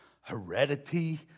heredity